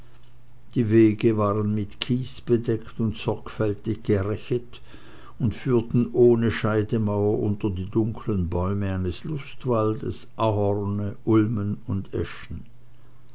die wege waren mit kies bedeckt und sorgfältig gerechet und führten ohne scheidemauer unter die dunklen bäume eines lustwaldes ahorne ulmen und eschen